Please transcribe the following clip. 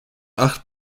acht